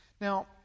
Now